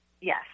Yes